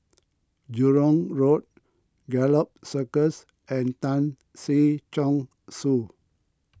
Jurong Road Gallop Circus and Tan Si Chong Su